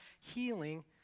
healing